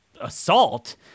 assault